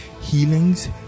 healings